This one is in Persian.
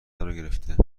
گرفته